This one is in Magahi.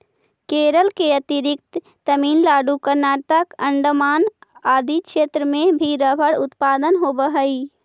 केरल के अतिरिक्त तमिलनाडु, कर्नाटक, अण्डमान आदि क्षेत्र में भी रबर उत्पादन होवऽ हइ